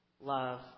Love